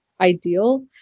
ideal